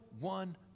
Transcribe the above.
one